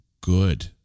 good